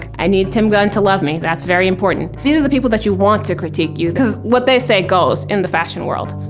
i need tim gunn to love me, that's very important. these are the people that you want to critique you, because what they say goes, in the fashion world.